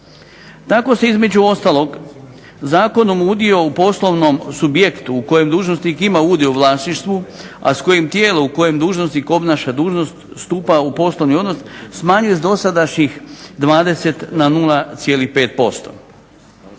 Tako se između ostalog zakonom u udio u poslovnom subjektu u kojem ima dužnosnik udio u vlasništvu, a s kojim tijelo u kojem dužnosnik obnaša dužnost stupa u poslovni odnos smanjuje na dosadašnjih 20 na 0,5%.